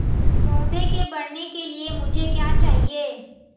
पौधे के बढ़ने के लिए मुझे क्या चाहिए?